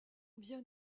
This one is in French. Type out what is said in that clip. bien